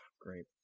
great